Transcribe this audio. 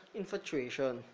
infatuation